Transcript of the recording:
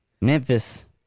Memphis